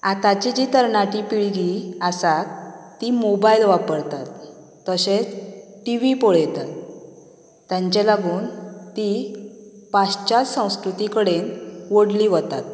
आतांची जी तरणाटी पिळगी आसा ती मोबायल वापरता तशेंच टी वी पळयता तांचें लागून तीं पाश्च्यात संस्कृती कडेन ओडली वता